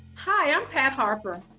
hi i'm pat harper.